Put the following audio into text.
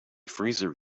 freezer